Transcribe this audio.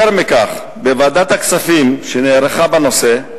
יותר מכך, בישיבת ועדת הכספים שנערכה בנושא,